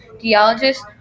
geologists